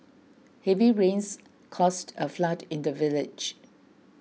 heavy rains caused a flood in the village